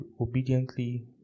obediently